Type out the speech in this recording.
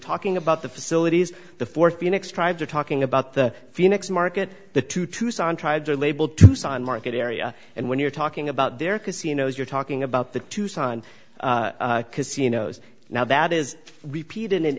talking about the facilities the fourth phoenix tribes are talking about the phoenix market the two tucson tribes are labeled tucson market area and when you're talking about their casinos you're talking about the tucson casinos now that is repeated